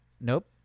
Nope